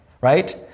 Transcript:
right